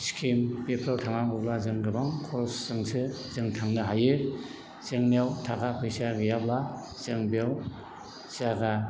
सिक्किम बेफ्राव थानांगौब्ला जों गोबां खरस जोंसो जों थांनो हायो जोंनियाव थाखा फैसा गैयाब्ला जों बेयाव जायगा